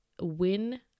win